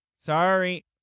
Sorry